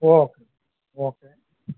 okay okay